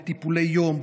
בטיפולי יום,